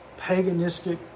paganistic